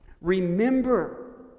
Remember